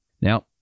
Now